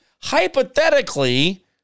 Hypothetically